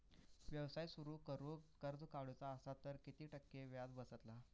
व्यवसाय सुरु करूक कर्ज काढूचा असा तर किती टक्के व्याज बसतला?